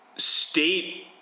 State